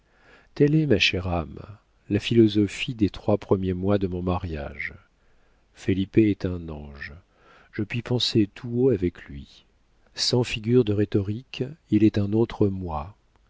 telle est ma chère âme la philosophie des trois premiers mois de mon mariage felipe est un ange je puis penser tout haut avec lui sans figure de rhétorique il est un autre moi